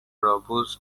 robust